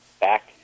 back